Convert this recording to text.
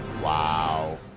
Wow